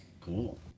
Cool